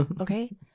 okay